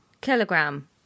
kilogram